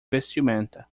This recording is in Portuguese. vestimenta